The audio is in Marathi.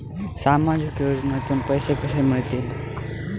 सामाजिक योजनेतून पैसे कसे मिळतील?